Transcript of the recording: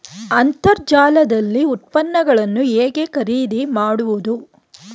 ಅಂತರ್ಜಾಲದಲ್ಲಿ ಉತ್ಪನ್ನಗಳನ್ನು ಹೇಗೆ ಖರೀದಿ ಮಾಡುವುದು?